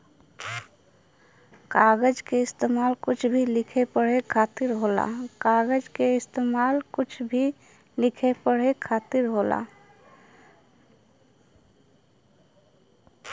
कागज के इस्तेमाल कुछ भी लिखे पढ़े खातिर होला